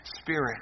Spirit